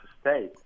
state